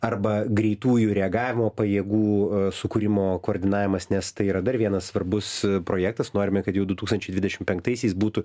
arba greitųjų reagavimo pajėgų sukūrimo koordinavimas nes tai yra dar vienas svarbus projektas norime kad jau du tūkstančiai dvidešimt penktaisiais būtų